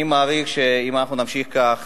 אני מעריך שאם נמשיך כך,